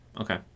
Okay